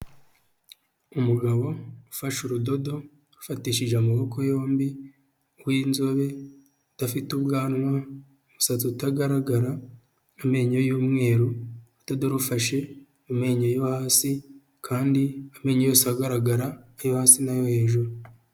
Umugabo ufashe urudodo afatishije amaboko yombi w'inzobe udafite ubwanwa umusatsi, utagaragara amenyo y'umweru, urudodo rufashe amenyo yo hasi, kandi amenyo yose agaragara ayo hasi n'ayo hejuru.